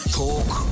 talk